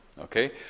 Okay